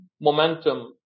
momentum